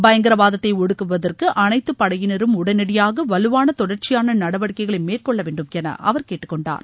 பயங்கரவாதத்தை ஒடுக்குவதற்கு அனைத்துப் படையினரும் உடனடியாக வலுவான தொடர்ச்சியான நடவடிக்கைகளை மேற்கொள்ளவேண்டுமென அவர் கேட்டுக்கொண்டார்